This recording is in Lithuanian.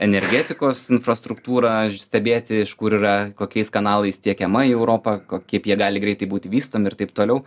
energetikos infrastruktūrą stebėti iš kur yra kokiais kanalais tiekiama į europą kok kaip jie gali greitai būti vystomi ir taip toliau